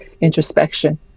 introspection